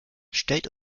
stellt